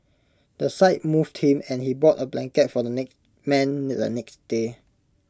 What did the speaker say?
the sight moved him and he bought A blanket for the man the next day